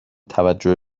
توجه